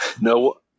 No